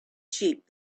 sheep